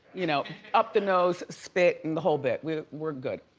you know up the nose, spit, and the whole bit. we're we're good.